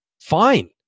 fine